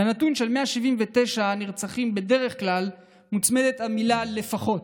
לנתון של 179 נרצחים בדרך כלל מוצמדת המילה "לפחות".